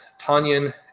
Tanyan